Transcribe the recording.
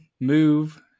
move